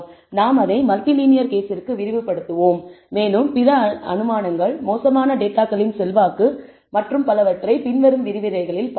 நாம் அதை multi linear கேஸிற்கு விரிவுபடுத்துவோம் மேலும் பிற அனுமானங்கள் மோசமான டேட்டாகளின் செல்வாக்கு மற்றும் பலவற்றை பின்வரும் விரிவுரையில் பார்ப்போம்